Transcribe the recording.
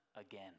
again